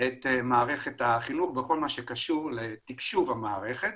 את מערכת החינוך בכל מה שקשור לתקשוב המערכת.